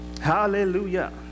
Hallelujah